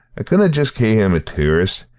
i couldna just cae him a tourist.